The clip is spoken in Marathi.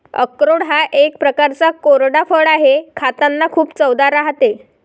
अक्रोड हा एक प्रकारचा कोरडा फळ आहे, खातांना खूप चवदार राहते